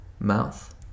mouth